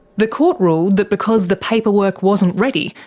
the court ruled that because the paperwork wasn't ready,